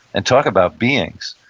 and talk about beings,